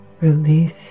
Release